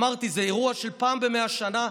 אמרתי: זה אירוע של פעם ב-100 שנה,